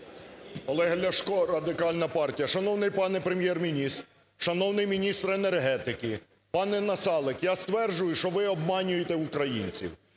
Олег Ляшко, Радикальна партія. Шановний пане Прем'єр-міністр! Шановний міністр енергетики! Пане Насалик, я стверджую, що ви обманюєте українців.